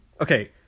okay